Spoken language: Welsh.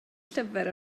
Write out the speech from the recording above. llyfr